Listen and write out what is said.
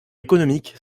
économiques